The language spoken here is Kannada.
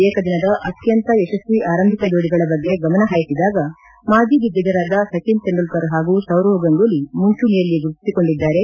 ಏಕದಿನದ ಅತ್ಯಂತ ಯಶಸ್ವಿ ಆರಂಭಿಕ ಜೋಡಿಗಳ ಬಗ್ಗೆ ಗಮನ ಹಾಯಿಸಿದಾಗ ಮಾಜಿ ದಿಗ್ಗಜರಾದ ಸಚಿನ್ ತೆಂಡೂಲ್ಕರ್ ಹಾಗೂ ಸೌರವ್ ಗಂಗೂಲಿ ಮುಂಚೂಣೆಯಲ್ಲಿ ಗುರುತಿಸಿಕೊಂಡಿದ್ದಾರೆ